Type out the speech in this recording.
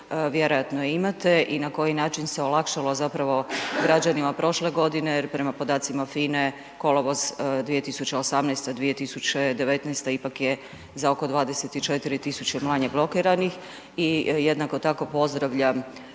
vjerojatno je imate. I na koji način se olakšalo zapravo građanima prošle godine jer prema podacima FINE kolovoz 2018. - 2019. ipak je za oko 24.000 manje blokiranih. I jednako tako pozdravljam